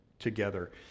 together